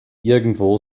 irgendwo